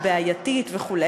הבעייתית וכו'.